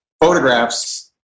photographs